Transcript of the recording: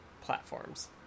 platforms